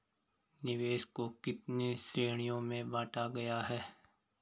निवेश को कितने श्रेणियों में बांटा गया है?